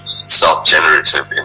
Self-generative